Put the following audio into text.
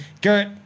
Garrett